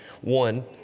one